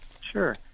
Sure